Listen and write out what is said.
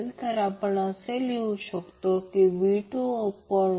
हे पहा जेव्हा प्रत्यक्षात ω2 वर लिहायचे म्हणजे ते ω ω2 असते